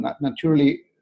naturally